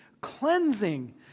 cleansing